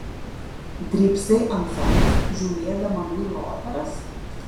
drybsai ant sofos žiūrėdama muilo operas